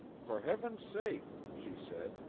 for heaven's sake, she said,